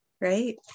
Right